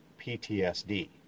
PTSD